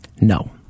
No